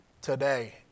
today